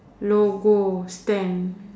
logo stand